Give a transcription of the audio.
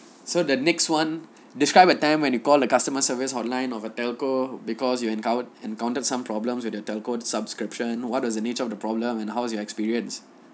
so the next one describe a time when you call a customer service hotline of a telco because you encounter encountered some problems with their telco subscription what is the nature of the problem and how was your experience